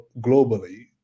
globally